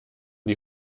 die